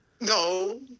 No